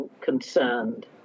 concerned